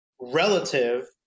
relative